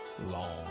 long